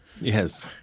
yes